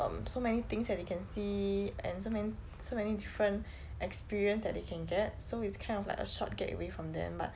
um so many things that they can see and so man~ so many different experience that they can get so it's kind of like a short getaway from them but